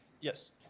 Yes